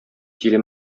тиле